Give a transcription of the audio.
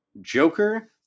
Joker